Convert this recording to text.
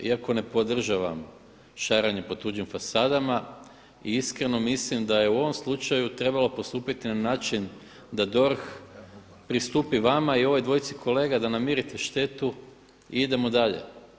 Iako ne podržavam šaranje po tuđim fasadama i iskreno mislim da je u ovom slučaju trebalo postupiti na način da DORH pristupi vama i ovoj dvojci kolega da namirite štetu i idemo dalje.